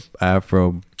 Afro